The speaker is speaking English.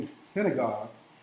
synagogues